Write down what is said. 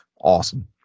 Awesome